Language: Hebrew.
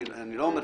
אני לא אומר,